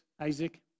Isaac